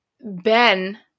Ben